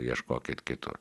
ieškokit kitur